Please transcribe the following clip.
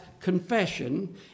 confession